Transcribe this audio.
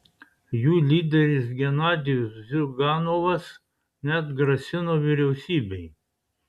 jų lyderis genadijus ziuganovas net grasino vyriausybei